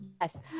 Yes